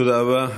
תודה רבה.